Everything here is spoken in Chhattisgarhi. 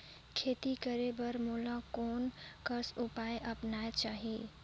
खेती करे बर मोला कोन कस उपाय अपनाये चाही?